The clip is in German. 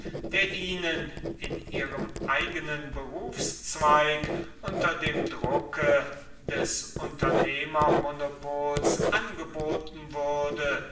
der ihnen in ihrem eigenen berufszweig unter dem drucke des unternehmermonopols angeboten würde